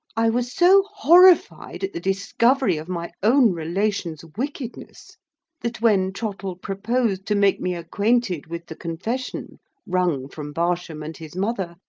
i was so horrified at the discovery of my own relation's wickedness that when trottle proposed to make me acquainted with the confession wrung from barsham and his mother,